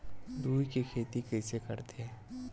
रुई के खेती कइसे करथे?